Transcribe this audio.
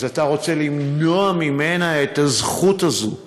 אז אתה רוצה למנוע ממנה את הזכות הזאת להרות?